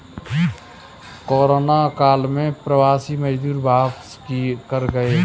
corona काल में प्रवासी मजदूर वापसी कर गए